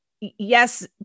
yes